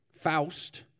Faust